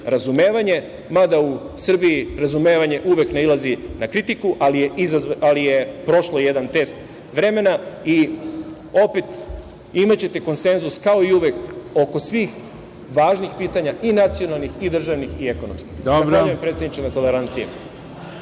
razumevanje, mada u Srbiji razumevanje uvek nailazi na kritiku, ali je prošla jedan test vremena i opet imaćete konsenzus kao i uvek oko svih važnih pitanja i nacionalnih i državnih i ekonomskih. Zahvaljujem predsedniče na toleranciji.